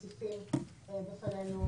זו יחידה שמתעסקת בביקורת ופיננסיים.